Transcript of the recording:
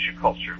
culture